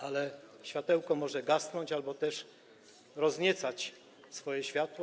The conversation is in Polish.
Ale światełko może gasnąć albo też rozniecać swoje światło.